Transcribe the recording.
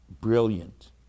brilliant